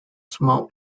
small